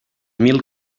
mil